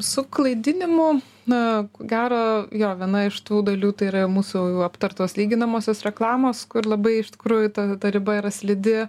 su klaidinimu na gero jo viena iš tų dalių tai yra mūsų jau aptartos lyginamosios reklamos kur labai iš tikrųjų ta ta riba yra slidi